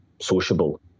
sociable